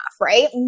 right